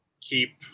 keep